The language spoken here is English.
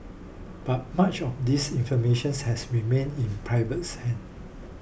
but much of this informations has remain in hands